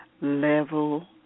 level